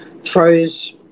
throws